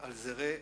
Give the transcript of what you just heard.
על זרי הדפנה.